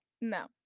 No